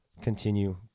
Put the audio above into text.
continue